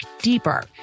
deeper